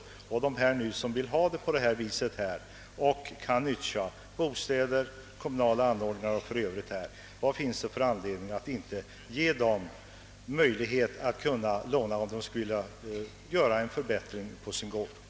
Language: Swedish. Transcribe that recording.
Vad finns det för anledning att inte ge dem, som vill ha det på detta vis, en möjlighet att låna om de skulle vilja göra en förbättring på sin gård?